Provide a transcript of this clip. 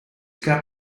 cup